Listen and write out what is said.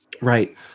Right